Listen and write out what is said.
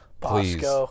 please